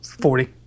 Forty